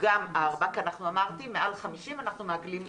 גם 4 כי מעל 50 אנחנו מעגלים למעלה.